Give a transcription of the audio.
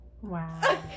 Wow